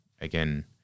again